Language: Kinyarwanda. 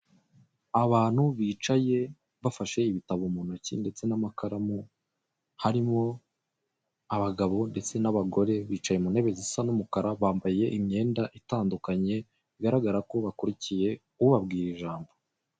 Abantu bicaye bafashe ibitabo mu ntoki ndetse n'amakaramu, harimo abagabo ndetse n'abagore bicaye mu ntebe zisa n'umukara bambaye imyenda itandukanye bigaragara ko bakurikiye ubabwira ijambo.